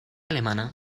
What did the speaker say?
alemana